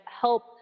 help